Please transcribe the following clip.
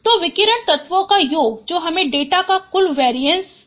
तो विकर्ण तत्वों का योग जो हमें डेटा का कुल वेरिएंस देगा